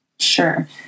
Sure